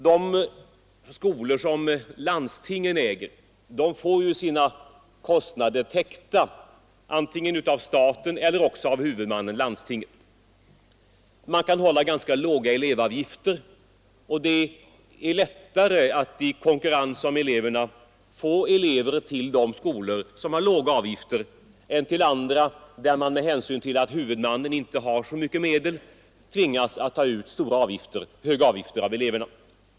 De skolor som landstinget äger får ju sina kostnader täckta antingen av staten eller också av huvudmannen — landstinget. Man kan hålla ganska låga elevavgifter, och det är lättare att i konkurrens om eleverna få elever till de skolor som har låga avgifter än till andra, där man med hänsyn till att huvudmannen inte har så mycket medel tvingas ta ut höga avgifter av eleverna.